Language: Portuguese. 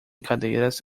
cadeiras